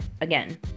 again